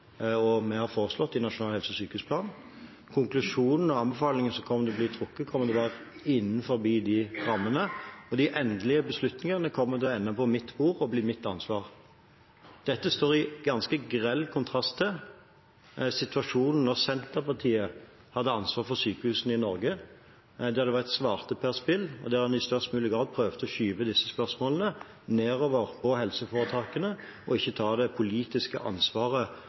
og vi har foreslått i Nasjonal helse- og sykehusplan. Konklusjonene og anbefalingene som kommer til å bli gitt, vil være innenfor de rammene, og de endelige beslutningene kommer til å ende på mitt bord og bli mitt ansvar. Dette står i ganske grell kontrast til situasjonen da Senterpartiet hadde ansvaret for sykehusene i Norge, da det var et svarteperspill og en i størst mulig grad forsøkte å skyve disse spørsmålene nedover på helseforetakene og ikke ta det politiske ansvaret,